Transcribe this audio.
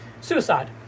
Suicide